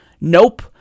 nope